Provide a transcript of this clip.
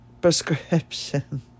prescription